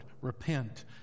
repent